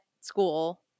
school